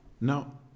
Now